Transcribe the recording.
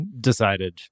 decided